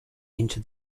into